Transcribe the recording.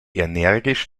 energisch